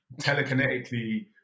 telekinetically